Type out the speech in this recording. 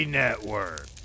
network